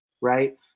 right